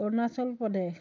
Arunachal Pradesh